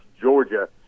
Georgia